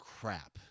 crap